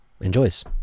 enjoys